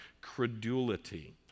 credulity